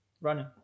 running